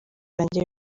banjye